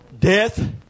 Death